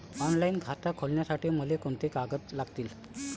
Online खातं खोलासाठी मले कोंते कागद लागतील?